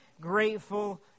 grateful